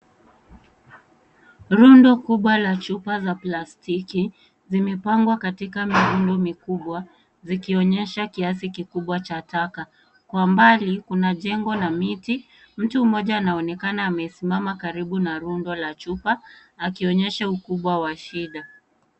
Rundo kubwa la chupa za plastiki zimepangwa katika mindo mikubwa zikionyesha kiasi kikubwa cha taka. Kwa mbali, kuna jengo la miti. Mtu mmoja anaonekana amesimama karibu na rundo la chupa akionyesha ukubwa wa shida.